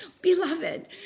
Beloved